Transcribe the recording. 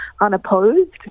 unopposed